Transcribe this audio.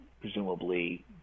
presumably